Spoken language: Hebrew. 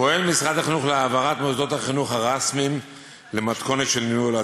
פועל משרד החינוך להעברת מוסדות החינוך הרשמיים למתכונת של ניהול עצמי.